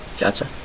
Gotcha